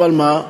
אבל מה,